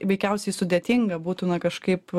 veikiausiai sudėtinga būtų na kažkaip